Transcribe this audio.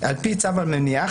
"על-פי צו המניעה,